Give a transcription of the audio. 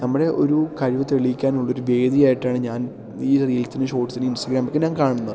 നമ്മുടെ ഒരു കഴിവു തെളിയിക്കാനുള്ളൊരു വേദിയായിട്ടാണ് ഞാൻ ഈ ഒരു റീൽസിനും ഷോർട്സിനും ഇൻസ്റ്റാഗ്രാമൊക്കെ ഞാൻ കാണുന്നത്